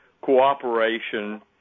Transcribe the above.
cooperation